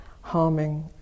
harming